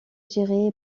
gérée